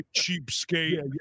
cheapskate